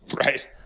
right